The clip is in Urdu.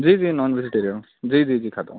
جی جی نان ویجیٹیرین ہوں جی جی جی کھاتا ہوں